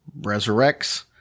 resurrects